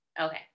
okay